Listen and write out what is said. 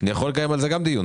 אני יכול לקיים על זה גם דיון,